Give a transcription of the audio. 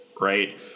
right